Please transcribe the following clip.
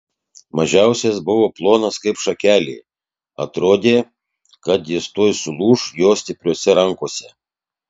mažiausias buvo plonas kaip šakelė atrodė kad jis tuoj sulūš jo stipriose rankose